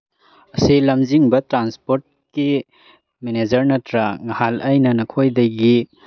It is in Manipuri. ꯑꯁꯤ ꯂꯝꯖꯤꯡꯕ ꯇ꯭ꯔꯥꯟꯁꯄꯣꯔꯠꯀꯤ ꯃꯦꯅꯦꯖꯔ ꯅꯠꯇ꯭ꯔꯥ ꯅꯍꯥꯟ ꯑꯩꯅ ꯅꯈꯣꯏꯗꯒꯤ